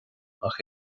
ach